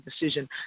decision